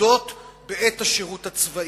לפקודות בעת השירות הצבאי.